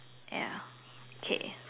ya okay